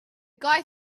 guy